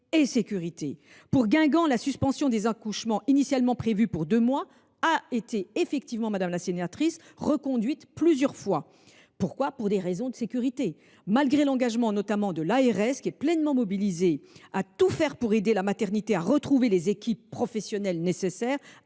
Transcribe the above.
de Guingamp, la suspension des accouchements, initialement prévue pour durer deux mois, a été en effet reconduite plusieurs fois. Pourquoi ? Pour des raisons de sécurité. Malgré l’engagement de l’ARS, qui est pleinement mobilisée et fait tout pour aider la maternité à retrouver les équipes professionnelles nécessaires